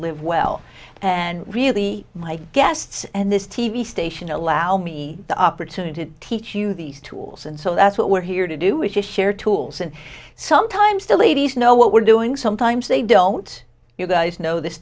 live well and really my guests and this t v station allow me the opportunity to teach you these tools and so that's what we're here to do which is share tools and sometimes the ladies know what we're doing sometimes they don't you guys know this